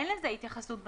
אין לזה התייחסות בתקנות,